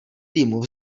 týmu